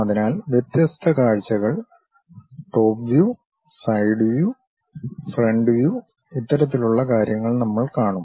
അതിനാൽ വ്യത്യസ്ത കാഴ്ചകൾ top view side view front view ഇത്തരത്തിലുള്ള കാര്യങ്ങൾ നമ്മൾ കാണും